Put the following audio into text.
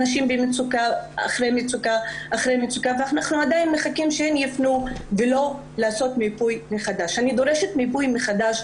אני דורשת לעשות מיפוי מחדש.